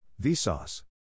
Vsauce